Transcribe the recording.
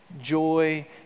Joy